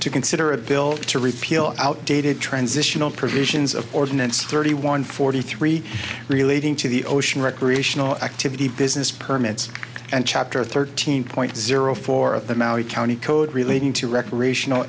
to consider a bill to repeal outdated transitional provisions of ordinance thirty one forty three relating to the ocean recreational activity business permits and chapter thirteen point zero four of the maori county code relating to recreational